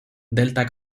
delta